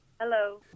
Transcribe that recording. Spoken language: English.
Hello